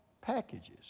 packages